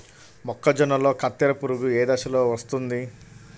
మొక్కజొన్నలో కత్తెర పురుగు ఏ దశలో వస్తుంది?